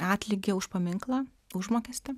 atlygį už paminklą užmokestį